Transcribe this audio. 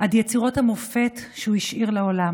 עד יצירות המופת שהוא השאיר לעולם,